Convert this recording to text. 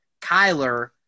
Kyler